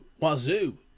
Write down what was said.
wazoo